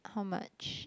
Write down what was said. how much